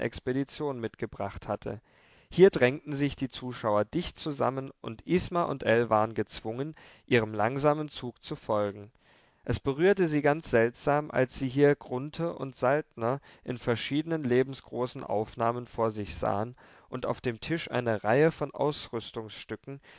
expedition mitgebracht hatte hier drängten sich die zuschauer dicht zusammen und isma und ell waren gezwungen ihrem langsamen zug zu folgen es berührte sie ganz seltsam als sie hier grunthe und saltner in verschiedenen lebensgroßen aufnahmen vor sich sahen und auf dem tisch eine reihe von